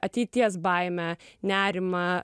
ateities baimę nerimą